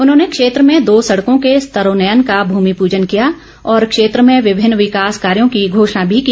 उन्होंने क्षेत्र में दो सड़कों के स्तरोन्नयन का भूमि पूजन किया और क्षेत्र में विभिन्न विकास कार्यों की घोषणा भी की